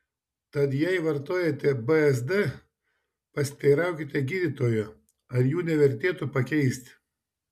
tad jei vartojate bzd pasiteiraukite gydytojo ar jų nevertėtų pakeisti